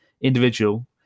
individual